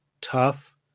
tough